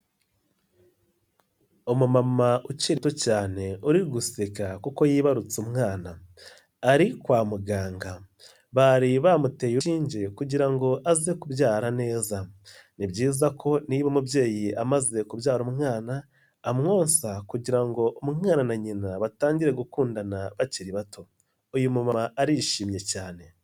Umumama ukiri muto cyane uri guseka kuko yibarutse umwana, ari kwa muganga bari bamuteye urushinge kugira ngo aze kubyara neza, ni byiza ko niba umubyeyi amaze kubyara umwana amwonsa kugira ngo umwana na nyina batangire gukundana bakiri bato, uyu mumama arishimye cyane.